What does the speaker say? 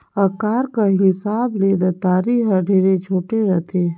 अकार कर हिसाब ले दँतारी हर ढेरे छोटे रहथे